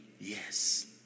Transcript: Yes